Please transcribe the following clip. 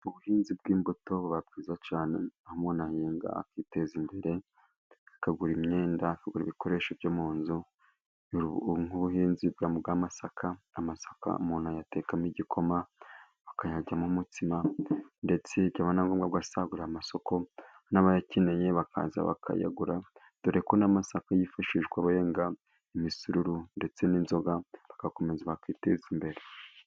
Ubuhinzi bw'imbuto buba bwiza cyane, aho umuntu ahinga akiteza imbere, akagura imyenda, akagura ibikoresho byo mu nzu, nk'ubuhinzi bw'amasaka, amasaka umuntu ayatekamo igikoma, bakayaryamo umutsima ndetse byaba ngombwa bagasagurira amasoko n'abayakeneye bakaza bakayagura, dore ko n'amasaka yifashishwa benga imisururu ndetse n'inzoga, bagakomeza bakiteza imbere.